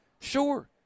Sure